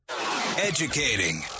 Educating